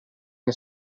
che